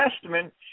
Testament